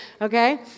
Okay